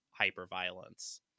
hyperviolence